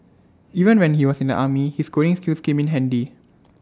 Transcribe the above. even when he was in the army his coding skills came in handy